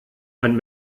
ein